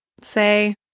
say